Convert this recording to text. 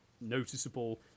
noticeable